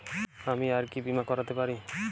আমি আর কি বীমা করাতে পারি?